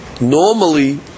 Normally